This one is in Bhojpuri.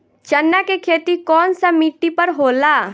चन्ना के खेती कौन सा मिट्टी पर होला?